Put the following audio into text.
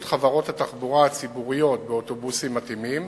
חברות התחבורה הציבוריות באוטובוסים מתאימים